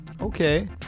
Okay